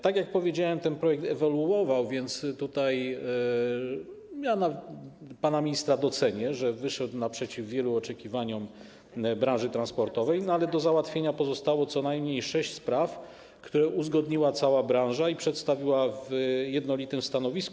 Tak jak powiedziałem, ten projekt ewoluował, więc tutaj pana ministra docenię, że wyszedł naprzeciw wielu oczekiwaniom branży transportowej, ale do załatwienia pozostało co najmniej sześć spraw, które uzgodniła cała branża, i przedstawiła w jednolitym stanowisku.